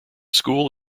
school